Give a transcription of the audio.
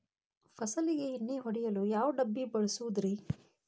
ಫಸಲಿಗೆ ಎಣ್ಣೆ ಹೊಡೆಯಲು ಯಾವ ಡಬ್ಬಿ ಬಳಸುವುದರಿ?